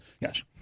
yes